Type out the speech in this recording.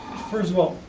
first of all,